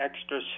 extra